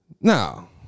Now